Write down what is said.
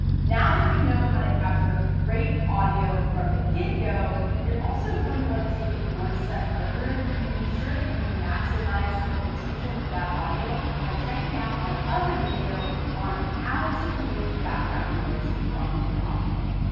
now that you know how to capture great audio from the get go, you're also going to want to take it one step further and be sure that you maximize the potential for that audio by checking out my other video on how to remove background noise from your audio.